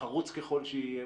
חרוץ ככל שיהיה,